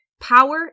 power